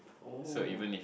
oh